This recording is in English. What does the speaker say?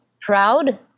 proud